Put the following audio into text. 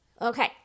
Okay